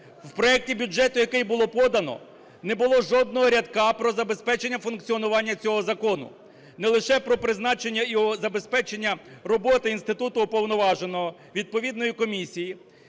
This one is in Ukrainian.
У проекті бюджету, який було подано, не було жодного рядка про забезпечення функціонування цього закону, не лише про призначення його забезпечення роботи інституту уповноваженого, відповідної комісії,